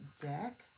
deck